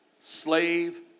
slave